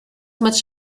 much